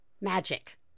magic